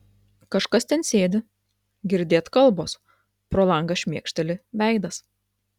kažkas ten sėdi girdėt kalbos pro langą šmėkšteli veidas